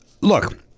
Look